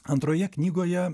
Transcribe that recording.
antroje knygoje